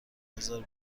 بزار